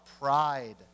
pride